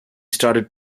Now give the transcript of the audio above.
started